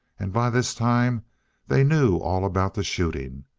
and by this time they knew all about the shooting.